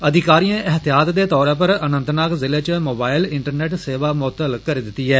अधिकारियें एहतियात दे तौरा पर अनंतनाग जिले च मोबाइल इंटरनेट सेवा मुअत्तल करी दिती ऐ